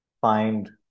find